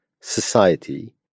society